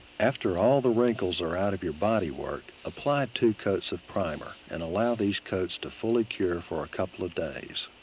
after all the wrinkles are out of your bodywork, apply two coats of primer. and allow these coats to fully cure for a couple of days.